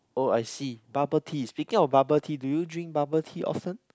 oh I see bubble tea is speaking of bubble tea do you drink bubble tea often